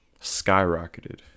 skyrocketed